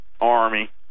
Army